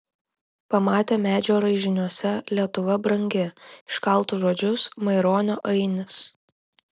pamatė medžio raižiniuose lietuva brangi iškaltus žodžius maironio ainis